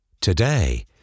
today